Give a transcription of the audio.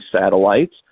satellites